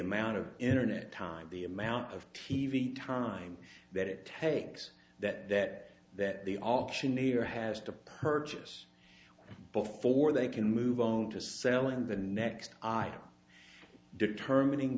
amount of internet time the amount of t v time that it takes that that that the auctioneer has to purchase before they can move on to sell in the next i determining